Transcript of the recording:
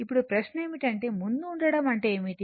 ఇప్పుడు ప్రశ్న ఏమిటంటే ముందు ఉండడం అంటే ఏమిటి